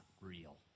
real